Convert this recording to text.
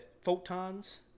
photons